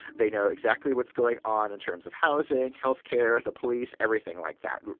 they know exactly what's going on in terms of housing, health care, the police, everything like that,